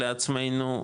לעצמנו,